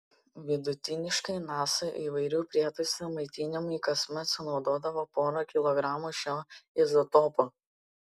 vidutiniškai nasa įvairių prietaisų maitinimui kasmet sunaudodavo porą kilogramų šio izotopo